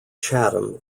chatham